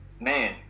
man